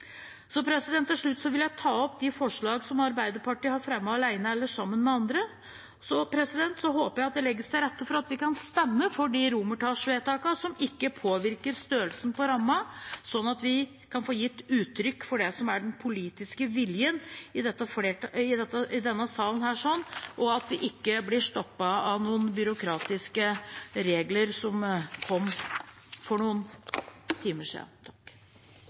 så håper jeg det legges til rette for at vi kan stemme for de romertallsvedtakene som ikke påvirker størrelsen på rammen, sånn at vi kan få gitt uttrykk for det som er den politiske viljen i denne salen, og at vi ikke blir stoppet av noen byråkratiske regler som kom for noen timer